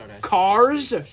cars